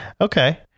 Okay